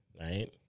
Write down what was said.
right